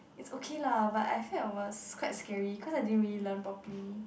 it's okay lah but I said it was quite scary cause I didn't really learn properly